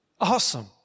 Awesome